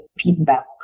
feedback